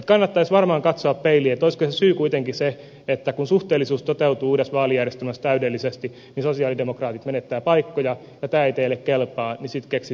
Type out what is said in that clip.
kannattaisi varmaan katsoa peiliin olisiko se syy kuitenkin se että kun suhteellisuus toteutuu uudessa vaalijärjestelmässä täydellisesti niin sosialidemokraatit menettävät paikkoja ja kun tämä ei teille kelpaa niin sitten keksitään tekosyitä